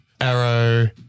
Arrow